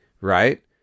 right